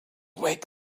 wake